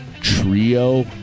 trio